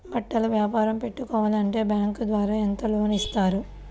బట్టలు వ్యాపారం పెట్టుకోవాలి అంటే బ్యాంకు ద్వారా ఎంత లోన్ ఇస్తారు?